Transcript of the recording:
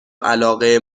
علاقه